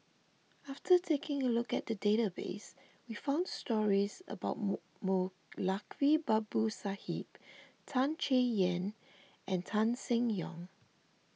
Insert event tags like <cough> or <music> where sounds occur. after taking a look at the database we found stories about <unintelligible> Moulavi Babu Sahib Tan Chay Yan and Tan Seng Yong